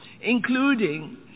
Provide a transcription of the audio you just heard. including